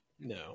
No